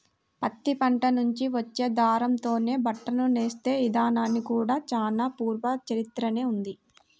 పత్తి పంట నుంచి వచ్చే దారంతోనే బట్టను నేసే ఇదానానికి కూడా చానా పూర్వ చరిత్రనే ఉంది